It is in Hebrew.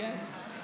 לא שמתי לב.